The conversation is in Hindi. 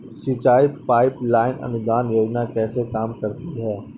सिंचाई पाइप लाइन अनुदान योजना कैसे काम करती है?